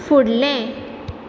फुडलें